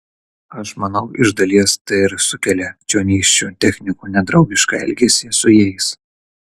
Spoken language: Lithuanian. aš manau iš dalies tai ir sukelia čionykščių technikų nedraugišką elgesį su jais